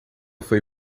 foi